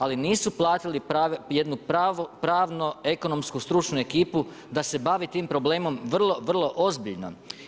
Ali nisu platili jednu pravno ekonomsku stručnu ekipu da se bavi tim problemom vrlo vrlo ozbiljno.